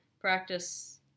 Practice